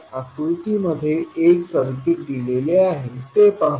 आकृती मध्ये एक सर्किट दिलेले आहे ते पाहू